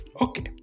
Okay